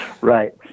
Right